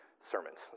sermons